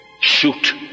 Shoot